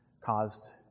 caused